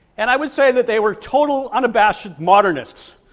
and i would say that they were total unabashed modernists,